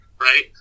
Right